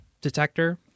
detector